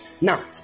Now